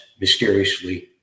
mysteriously